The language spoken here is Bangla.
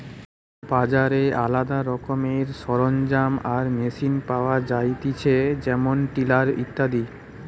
বাজারে আলদা রকমের সরঞ্জাম আর মেশিন পাওয়া যায়তিছে যেমন টিলার ইত্যাদি